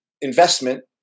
investment